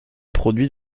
produit